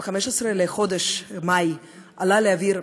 ב-15 לחודש מאי עלה לאוויר,